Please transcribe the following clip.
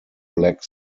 black